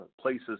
places